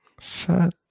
Shut